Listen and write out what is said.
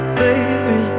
baby